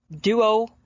duo